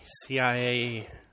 CIA